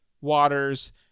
waters